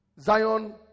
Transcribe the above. Zion